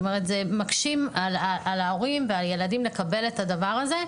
מקשים על ההורים ועל הילדים לקבל את הדבר הזה.